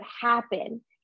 happen